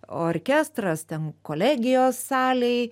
orkestras ten kolegijos salėj